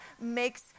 makes